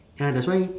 ya that's why